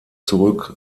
zurück